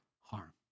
harm